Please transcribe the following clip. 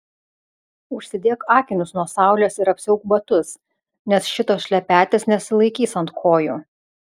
užsidėk akinius nuo saulės ir apsiauk batus nes šitos šlepetės nesilaikys ant kojų